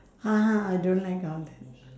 ah I don't like all that